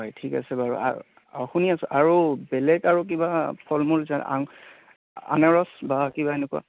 হয় ঠিক আছে বাৰু শুনি আছোঁ বাৰু আৰু বেলেগ আৰু কিবা ফল মূল আনাৰস বা কিবা এনেকুৱা